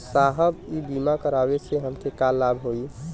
साहब इ बीमा करावे से हमके का लाभ होई?